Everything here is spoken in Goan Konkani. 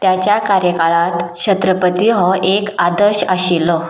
ताच्या कार्यकाळांत छत्रपती हो एक आदर्श आशिल्लो